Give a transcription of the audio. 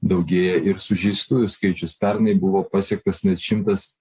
daugėja ir sužeistųjų skaičius pernai buvo pasiektas net šimtas